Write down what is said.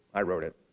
i wrote it.